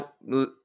now